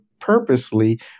purposely